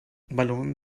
balloon